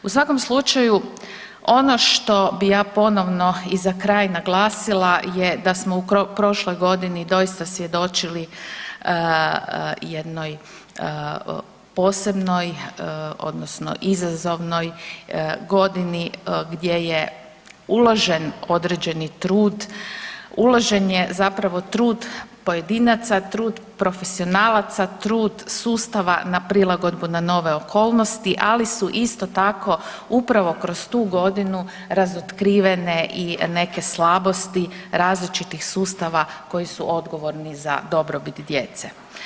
U svakom slučaju ono što bi ja ponovno i za kraj naglasila je da smo u prošloj godini doista svjedočili jednoj posebnoj odnosno izazovnoj godini gdje je uložen određeni trud, uložen je zapravo trud pojedinaca, trud profesionalaca, trud sustava na prilagodbu na nove okolnosti ali su isto tako upravo kroz tu godinu razotkrivene i neke slabosti različitih sustava koji su odgovorni za dobrobit djece.